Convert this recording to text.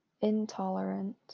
intolerant